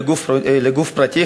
לגוף פרטי,